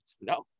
no